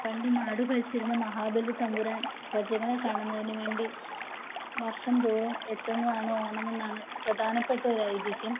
പണ്ട് നാട് ഭരിച്ചിരുന്ന മഹാബലി തമ്പുരാൻ പ്രജകളെ കാണുന്നതിന് വേണ്ടി വർഷംതോറും എത്തുന്നതാണ് ഓണമെന്നാണ് പ്രധാനപ്പെട്ട ഒര് ഐതിഹ്യം